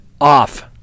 off